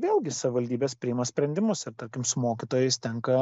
vėlgi savivaldybės priima sprendimus ir tarkim su mokytojais tenka